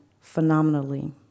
phenomenally